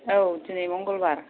औ दिनै मंगलबार